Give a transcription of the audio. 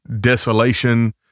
desolation